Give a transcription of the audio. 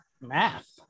math